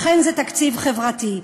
אכן זה תקציב חברתי.